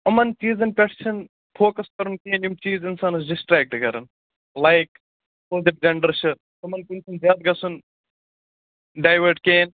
تِمَن چیٖزَن پٮ۪ٹھ چھِنہٕ فوکَس کَرُن کِہیٖنۍ یِم چیٖز اِنسانَس ڈِسٹرٛیکٹ کَران لایک اَپوزِٹ جَنڈَر چھِ یِمَن کُن گژھِ نہٕ زیادٕ گژھُن ڈایوٲٹ کینٛہہ